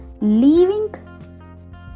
leaving